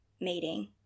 mating